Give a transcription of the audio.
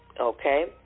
Okay